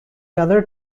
other